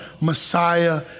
Messiah